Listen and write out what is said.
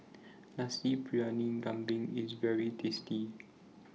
Nasi Briyani Kambing IS very tasty